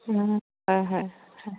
হয় হয় হয় হয়